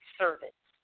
service